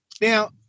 now